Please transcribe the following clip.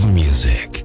music